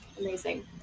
Amazing